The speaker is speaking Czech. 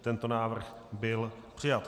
Tento návrh byl přijat.